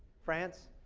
france,